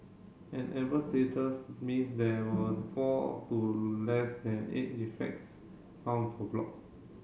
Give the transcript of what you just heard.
an amber status means there were four to less than eight defects found per block